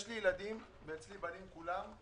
יש לי ילדים, ואצלי בנים כולם,